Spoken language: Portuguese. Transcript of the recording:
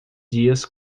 dias